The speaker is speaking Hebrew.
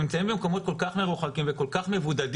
הם נמצאים במקומות כל כך מרוחקים וכל כך מבודדים,